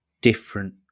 different